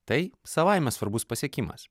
tai savaime svarbus pasiekimas